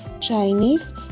Chinese